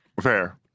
Fair